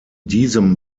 diesem